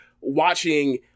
watching